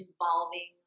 involving